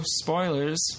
spoilers